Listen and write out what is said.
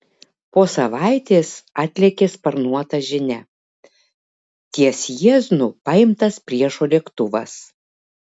po savaitės atlėkė sparnuota žinia ties jieznu paimtas priešo lėktuvas